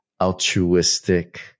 altruistic